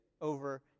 over